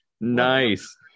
Nice